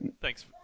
Thanks